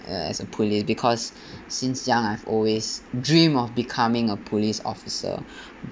as a police because since young I've always dreamed of becoming a police officer